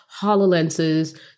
hololenses